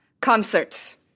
concerts